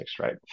right